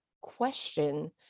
question